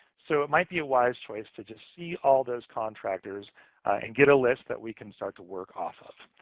so it might be a wise choice to just see all those contractors and get a list that we can start to work off of,